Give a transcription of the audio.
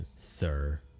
sir